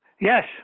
Yes